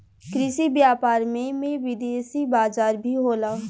कृषि व्यापार में में विदेशी बाजार भी होला